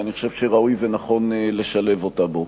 ואני חושב שראוי ונכון לשלב אותה בו.